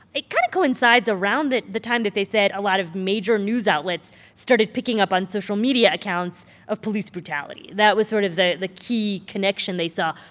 it kind of coincides around the time that they said a lot of major news outlets started picking up on social media accounts of police brutality. that was sort of the the key connection they saw.